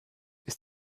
ist